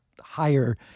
higher